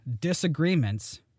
disagreements